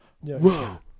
Whoa